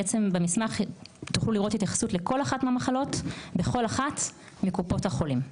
במסמך תוכלו לראות התייחסות לכל אחת מהמחלות בכל אחת מקופות החולים.